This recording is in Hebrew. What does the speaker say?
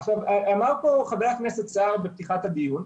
אמר פה חבר הכנסת סער בפתיחת הדיון: